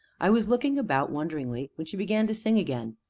i was looking about wonderingly, when she began to sing again,